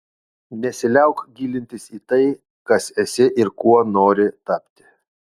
nesiliauk gilintis į tai kas esi ir kuo nori tapti